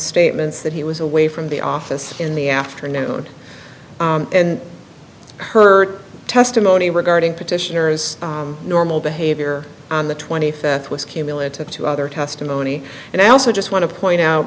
statements that he was away from the office in the afternoon and her testimony regarding petitioners normal behavior on the twenty fifth was cumulative to other testimony and i also just want to point out